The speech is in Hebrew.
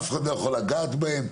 אף אחד לא יכול לגעת בהם,